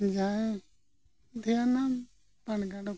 ᱡᱟᱦᱟᱸ ᱫᱷᱮᱭᱟᱱᱟᱢ ᱯᱟᱴ ᱜᱟᱸᱰᱚ ᱠᱟᱛᱮᱫ